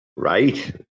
Right